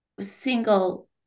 single